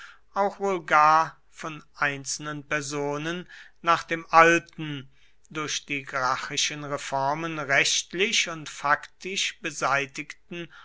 auch wohl gar von einzelnen personen nach dem alten durch die gracchischen reformen rechtlich und faktisch beseitigten